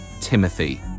Timothy